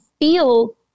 feel